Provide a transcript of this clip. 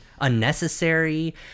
unnecessary